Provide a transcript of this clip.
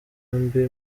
mbi